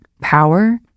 power